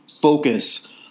focus